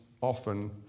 often